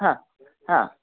हां हां